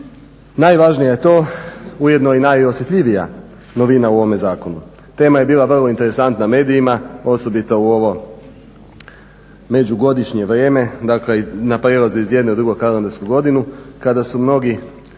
Najvažnija je to, ujedno i najosjetljivija novina u ovome zakonu. Tema je bila vrlo interesantna medijima osobito u ovo međugodišnje vrijeme, dakle na prijelazu iz jedne u drugu kalendarsku godinu kada su mnogi